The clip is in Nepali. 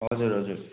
हजुर हजुर